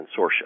consortia